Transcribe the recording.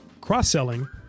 Cross-selling